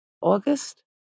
August